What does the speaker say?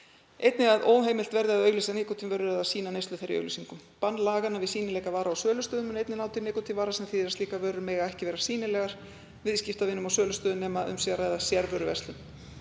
Einnig að óheimilt verði að auglýsa nikótínvörur eða sýna neyslu þeirra í auglýsingum. Bann laganna við sýnileika varanna á sölustöðum mun einnig ná til nikótínvara, sem þýðir að slíkar vörur mega ekki vera sýnilegar viðskiptavinum á sölustöðum nema um sé að ræða sérvöruverslun.